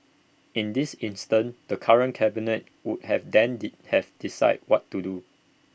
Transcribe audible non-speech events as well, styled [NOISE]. in this instance the current cabinet would have then [UNINTELLIGIBLE] have decide what to do